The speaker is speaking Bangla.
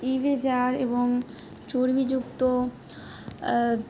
যার এবং চর্বিযুক্ত